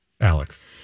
Alex